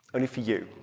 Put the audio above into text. only for you.